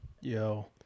Yo